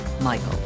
Michael